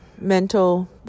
mental